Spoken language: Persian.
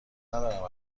ندارم